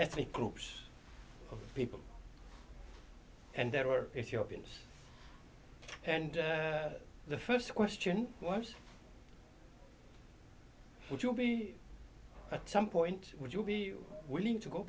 ethnic groups of people and there were if europeans and the first question was would you be at some point would you be willing to go